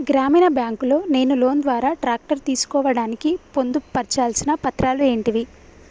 గ్రామీణ బ్యాంక్ లో నేను లోన్ ద్వారా ట్రాక్టర్ తీసుకోవడానికి పొందు పర్చాల్సిన పత్రాలు ఏంటివి?